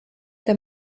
der